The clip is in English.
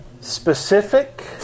specific